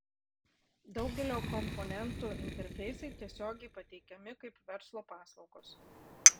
daugelio komponentų interfeisai tiesiogiai pateikiami kaip verslo paslaugos